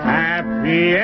happy